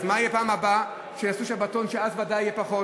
אז מה יהיה בפעם הבאה שיעשו שבתון ואז בוודאי יהיו פחות?